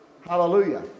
Hallelujah